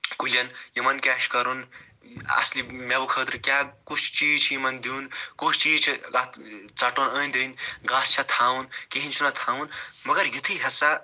کُلیٚن یِمَن کیٛاہ چھُ کَرُن اَصلی میٚوٕ خٲطرٕ کیٛاہ کُس چیٖز چھُ یِمَن دیٛن کُس چیٖز چھُ تَتھ ژَٹُن أنٛدۍ أنٛدۍ گاسہٕ چھا تھاوُن کِہیٖنۍ چھُ نا تھاوُن مگر یِتھُے ہسا